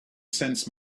sense